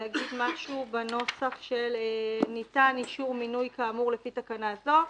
צריך להיות רשום משהו בנוסח ניתן אישור מינוי כאמור לפי תקנה בו,